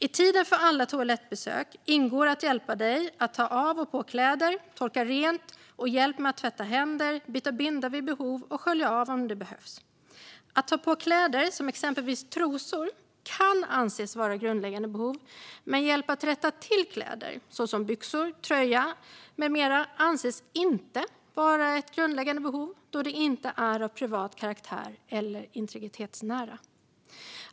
I tiden för alla toalettbesöken ingår att hjälpa dig med att ta av och på kläder, torka rent och hjälp med att tvätta händer, byta binda vid behov och skölja av om det behövs. Att ta på kläder så som exempelvis trosor kan anses vara ett grundläggande behov men hjälp att rätta till kläder så som byxor, tröja med mera anses inte vara ett grundläggande behov då det inte är av privat karaktär eller integritetsnära.